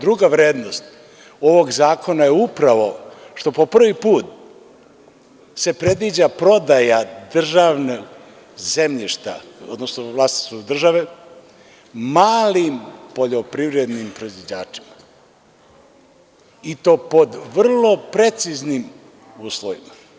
Druga vrednost ovog zakona je upravo što po prvi put se predviđa prodaja državnog zemljišta, odnosno vlasništvo države malim poljoprivrednim proizvođačima i to pod vrlo preciznim uslovima.